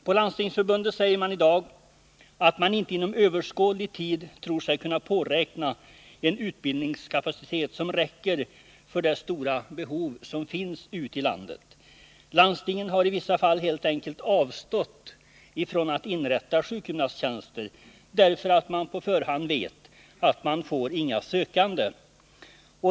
På Landstingsförbundet säger man i dag att man inte tror sig att inom överskådlig tid kunna påräkna en utbildningskapacitet som räcker för det 115 stora behov som finns ute i landet. Landstingen har i vissa fall helt enkelt avstått från att inrätta sjukgymnasttjänster, därför att man på förhand vet att man inte får några sökande.